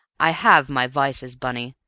i have my vices, bunny,